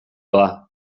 doa